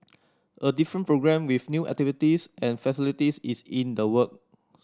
a different programme with new activities and facilities is in the works